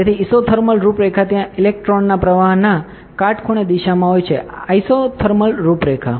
તેથી ઇસોથર્મલ રૂપરેખા ત્યાં ઇલેક્ટ્રોનના પ્રવાહના કાટખૂણે દિશામાં હોય છે આઇસોથર્મલ રૂપરેખા